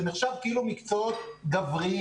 זה נחשב כאילו מקצועות גבריים.